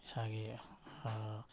ꯏꯁꯥꯒꯤ